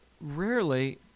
Rarely